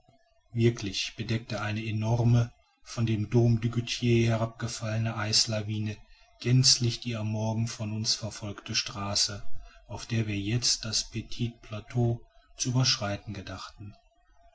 wirklich bedeckte eine enorme von dem dom du goter herabgefallene eislawine gänzlich die am morgen von uns verfolgte straße auf der wir jetzt das petit plateau zu überschreiten gedachten